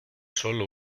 solo